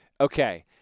Okay